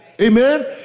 Amen